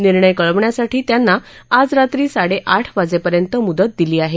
निर्णय कळवण्यासाठी त्यांना आज रात्री साडे आठ वाजेपर्यंत मुदत दिली आहे